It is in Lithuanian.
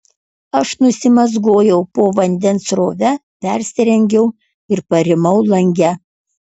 aš nusimazgojau po vandens srove persirengiau ir parimau lange